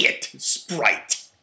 Sprite